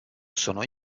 sono